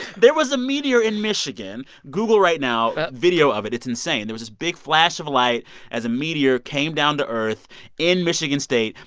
there was a meteor in michigan. google right now video of it. it's insane. there was this big flash of light as a meteor came down to earth in michigan state.